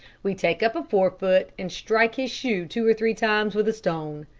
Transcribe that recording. we take up a forefoot and strike his shoe two or three times with a stone.